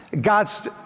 God's